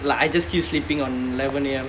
like I just keep sleeping on eleven A_M